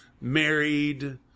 married